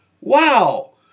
Wow